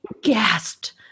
gasped